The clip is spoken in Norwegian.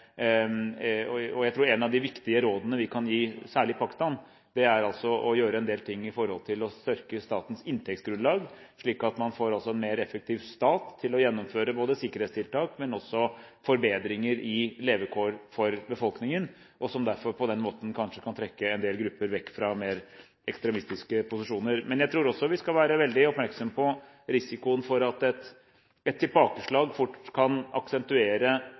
Jeg tror at et av de viktige rådene vi kan gi særlig Pakistan, er å gjøre en del ting for å styrke statens inntektsgrunnlag, slik at man får en mer effektiv stat til å gjennomføre sikkerhetstiltak og også forbedringer i levekår for befolkningen, og på den måten kanskje kan trekke en del grupper vekk fra mer ekstremistiske posisjoner. Men jeg tror også at vi skal være veldig oppmerksomme på risikoen for at et tilbakeslag fort kan aksentuere